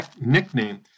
nickname